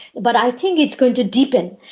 but i think it's going to deepen.